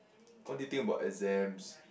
what do you think about exams